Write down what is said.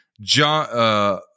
John